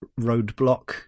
roadblock